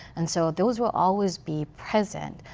and so those will always be present.